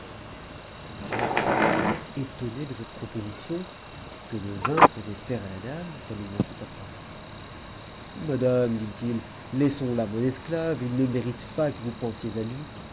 ad fut extrêmement étonné de cette proposition que le vin faisait faire à la dame comme il n'en douta pas madame lui dit-il laissou là mon esclave il ne mérite pas que vous pensiez a lui